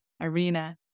arena